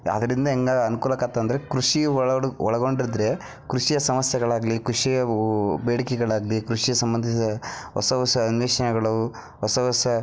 ಅದರಿಂದ ಹೆಂಗೆ ಅನ್ಕೂಲಾಗತ್ ಅಂದರೆ ಕೃಷಿ ಒಳಗಡೆ ಒಳ್ಗೊಂಡಿದ್ರೆ ಕೃಷಿಯ ಸಮಸ್ಯೆಗಳಾಗಲಿ ಕೃಷಿಯ ಬೇಡಿಕೆಗಳಾಗಲಿ ಕೃಷಿಯ ಸಂಬಂಧಿತ ಹೊಸ ಹೊಸ ಅನ್ವೇಷಣೆಗಳು ಹೊಸ ಹೊಸ